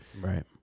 right